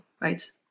right